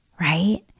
right